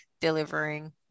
delivering